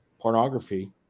pornography